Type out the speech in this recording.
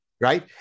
Right